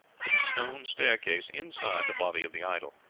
with a stone staircase inside the body of the idol,